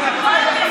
אי-אפשר ככה.